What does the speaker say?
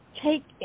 take